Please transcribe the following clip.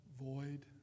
void